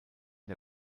der